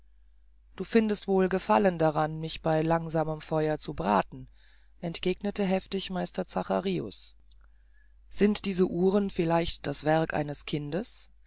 du findest wohl gefallen daran mich bei langsamem feuer zu braten entgegnete heftig meister zacharius sind diese uhren vielleicht das werk eines kindes